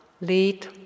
lead